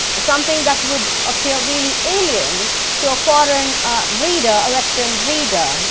something that would appear really alien to a foreign reader, a western reader.